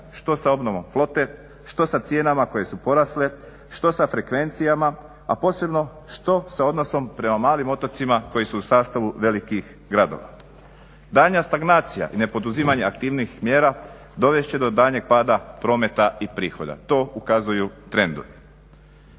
što sa obnovom flote, što sa cijenama koje su porasle, što sa frekvencijama, a posebno što sa odnosom prema malim otocima koji su u sastavu velikih gradova. Danja stagnacija i nepoduzimanje aktivnijih mjera dovest će do daljnjeg pada prometa i prihoda, to ukazuju trendovi.